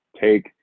take